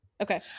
okay